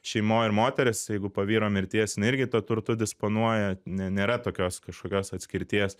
šeimoj ir moteris jeigu po vyro mirties jinai irgi tuo turtu disponuoja nėra tokios kažkokios atskirties